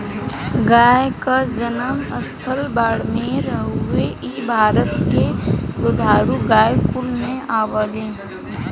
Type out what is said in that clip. गाय क जनम स्थल बाड़मेर हउवे इ भारत के दुधारू गाय कुल में आवलीन